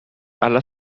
alla